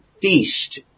feast